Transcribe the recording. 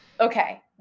okay